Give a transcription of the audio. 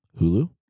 Hulu